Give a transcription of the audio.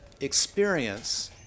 experience